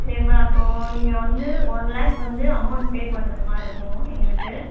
சரிமா அப்போ நீங்கள் வந்து ஒன் லேக் வந்து அமௌண்ட் பே பண்ணுற மாரிருக்கும் எங்களுக்கு